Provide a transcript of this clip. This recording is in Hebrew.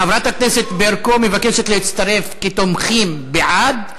חברת הכנסת ברקו מבקשת להצטרף כתומכת, בעד,